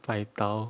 paitao